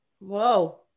Whoa